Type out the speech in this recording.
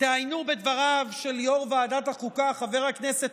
תעיינו בדבריו של יו"ר ועדת החוקה חבר הכנסת